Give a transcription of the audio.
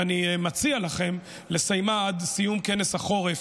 ואני מציע לכם לסיימה עד סיום כנס החורף